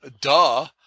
Duh